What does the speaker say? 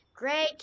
Great